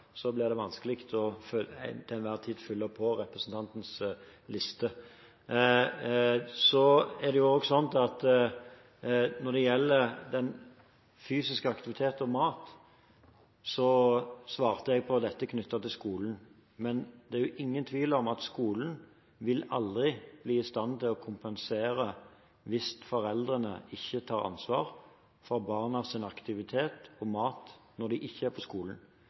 det klart at det blir vanskelig til enhver tid å fylle opp representantens liste. Når det gjelder fysisk aktivitet og mat, svarte jeg på dette knyttet til skolen. Men det er ingen tvil om at skolen aldri vil bli i stand til å kompensere hvis foreldrene ikke tar ansvar for barnas aktivitet og mat når de ikke er på skolen.